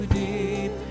deep